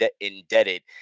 indebted